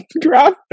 draft